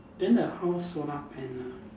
then the house solar panel